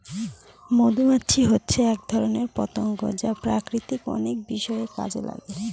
মধুমাছি হচ্ছে এক ধরনের পতঙ্গ যা প্রকৃতির অনেক বিষয়ে কাজে লাগে